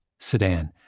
sedan